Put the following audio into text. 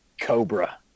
Cobra